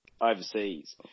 overseas